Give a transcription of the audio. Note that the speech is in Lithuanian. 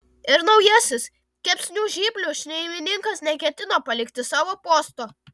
ir naujasis kepsnių žnyplių šeimininkas neketino palikti savo posto